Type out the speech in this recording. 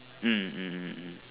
mm mm mm mm mm mm